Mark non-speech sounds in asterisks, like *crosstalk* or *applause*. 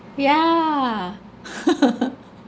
yeah *laughs*